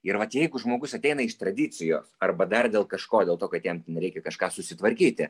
ir vat jeigu žmogus ateina iš tradicijos arba dar dėl kažko dėl to kad jam ten reikia kažką susitvarkyti